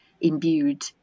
imbued